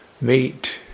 meet